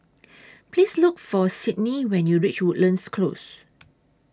Please Look For Sydnee when YOU REACH Woodlands Close